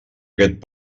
aquest